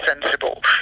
sensible